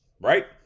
right